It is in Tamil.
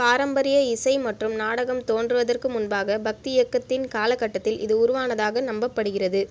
பாரம்பரிய இசை மற்றும் நாடகம் தோன்றுவதற்கு முன்பாக பக்தி இயக்கத்தின் காலகட்டத்தில் இது உருவானதாக நம்பப்படுகிறது